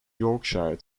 yorkshire